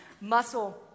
muscle